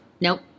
Nope